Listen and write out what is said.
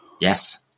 Yes